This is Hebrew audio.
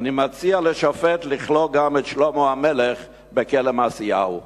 ואני מציע לשופט לכלוא גם את שלמה המלך בכלא "מעשיהו".